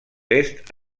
est